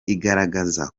igaragaza